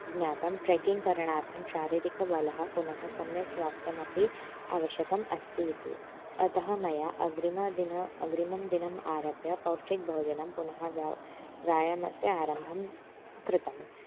ज्ञातं ट्रेकिङ्ग् करणार्थं शारीरिकबलं पुनः सम्यक् स्वास्थ्यमपि आवश्यकम् अस्ति इति अतः मया अग्रिमदिनम् अग्रिमदिनात् आरभ्य पौष्टिकभोजनं पुनः व्याव् व्यायामस्य आरम्भं कृतम्